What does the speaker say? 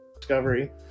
discovery